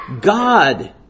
God